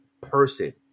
person